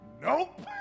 nope